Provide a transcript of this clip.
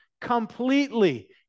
completely